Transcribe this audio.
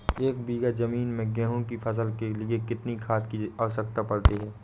एक बीघा ज़मीन में गेहूँ की फसल के लिए कितनी खाद की आवश्यकता पड़ती है?